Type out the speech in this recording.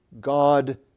God